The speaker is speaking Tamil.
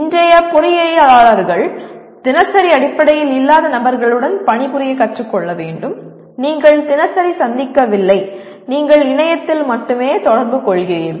இன்றைய பொறியியலாளர்கள் தினசரி அடிப்படையில் இல்லாத நபர்களுடன் பணிபுரிய கற்றுக் கொள்ள வேண்டும் நீங்கள் தினசரி சந்திக்கவில்லை நீங்கள் இணையத்தில் மட்டுமே தொடர்பு கொள்கிறீர்கள்